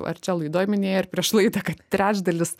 ar čia laidoj minėjai ar prieš laidą kad trečdalis